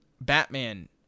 Batman